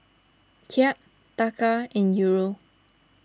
Kyat Taka and Euro